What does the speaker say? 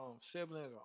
siblings